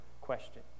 question